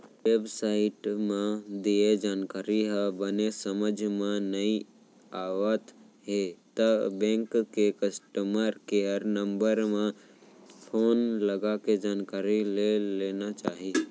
web site म दिये जानकारी ह बने समझ म नइ आवत हे त बेंक के कस्टमर केयर नंबर म फोन लगाके जानकारी ले लेना चाही